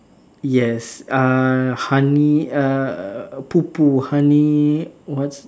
yes uh honey uh Pooh Pooh honey what's